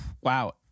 Wow